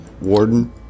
warden